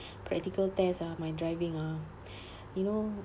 practical test ah my driving ah you know